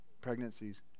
pregnancies